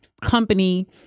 company